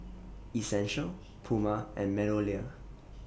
Essential Puma and Meadowlea